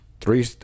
three